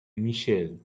micheal